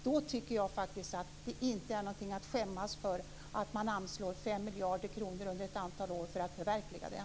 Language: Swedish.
Då tycker jag faktiskt att det inte är någonting att skämmas för att man anslår 5 miljarder kronor under ett antal år för att förverkliga det.